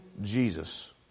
Jesus